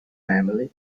family